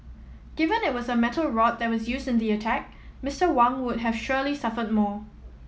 given it was a metal rod that was used in the attack Mister Wang would have surely suffered more